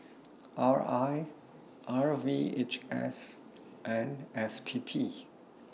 R I R V H S and F T T